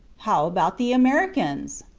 how about the americans